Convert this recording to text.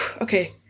okay